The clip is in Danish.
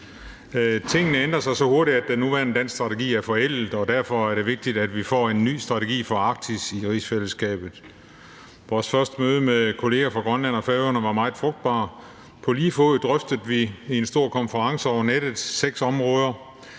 Tingene ændrer sig så hurtigt, at den nuværende danske strategi er forældet, og derfor er det vigtigt, at vi får en ny strategi for Arktis i rigsfællesskabet. Vores første møde med kollegaer fra Grønland og Færøerne var meget frugtbart. På lige fod drøftede vi ved en stor konference over nettet seks områder,